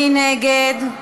מי נגד?